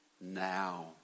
now